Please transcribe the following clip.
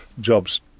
jobs